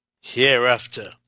hereafter